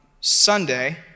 Sunday